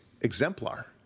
exemplar